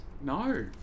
no